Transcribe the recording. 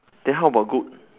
then how about goat